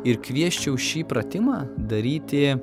ir kviesčiau šį pratimą daryti